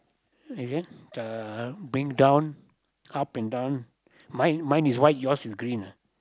is it uh bring down up and down mine mine is white yours is green ah